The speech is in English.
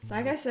like i said,